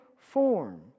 form